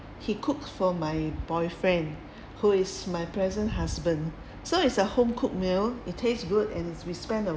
he cooked for my boyfriend who is my present husband so it's a home-cooked meal it tastes good and we we spend a